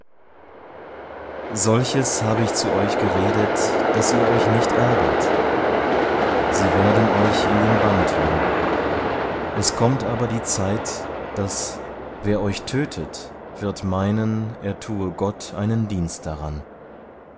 solches habe ich zu euch geredet daß ihr euch nicht ärgert sie werden euch in den bann tun es kommt aber die zeit daß wer euch tötet wird meinen er tue gott einen dienst daran